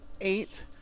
eight